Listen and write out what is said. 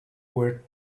were